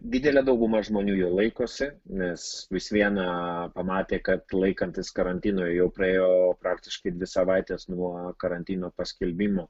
didelė dauguma žmonių jo laikosi nes vis viena pamatė kad laikantis karantino jau praėjo praktiškai dvi savaitės nuo karantino paskelbimo